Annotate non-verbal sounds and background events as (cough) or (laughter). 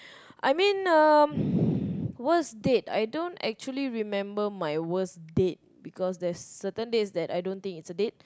I mean um (breath) worst date I don't actually remember my worst date because there's certain dates that I don't think it's a date